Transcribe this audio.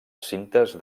cintes